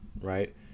right